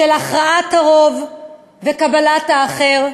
של הכרעת הרוב וקבלת האחר,